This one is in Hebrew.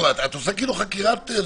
את עושה כאילו חקירה.